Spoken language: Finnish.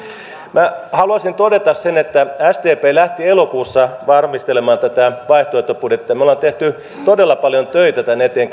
minä haluaisin todeta sen että sdp lähti elokuussa varmistelemaan tätä vaihtoehtobudjettia me olemme tehneet todella paljon töitä tämän eteen